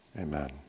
Amen